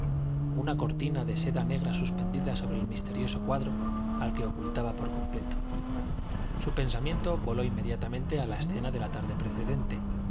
una cortina de seda negra suspendida sobre el misterioso cuadro al que ocultaba por completo su pensamiento voló inmediatamente a la escena de la tarde precedente